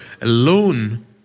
alone